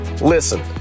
Listen